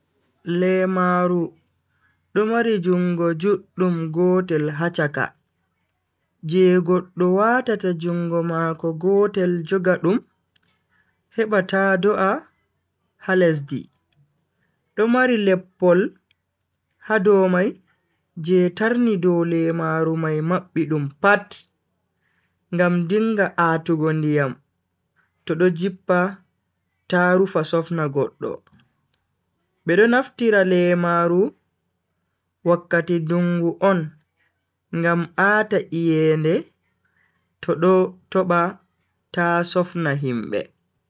Lemaaru do mari jungo juddum gotel ha chaka je goddo watata jungo mako gotel joga dum heba ta do'a ha lesdi. do mari leppol ha dow mai je tarni dow lemaaru mai mabbi dum pat ngam dinga a'tugo ndiyam to do jippa ta rufa sofna goddo. bedo naftira lemaaru wakkati ndungo on ngam a'ta iyede to do toba ta sofna himbe.